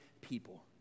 people